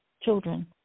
children